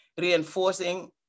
reinforcing